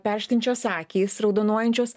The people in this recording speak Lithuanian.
perštinčios akys raudonuojančios